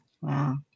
Wow